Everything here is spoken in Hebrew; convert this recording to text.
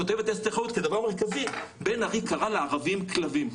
כותבת אסתר חיות כדבר מרכזי 'בין ארי קרא לערבים כלבים'.